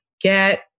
get